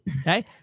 Okay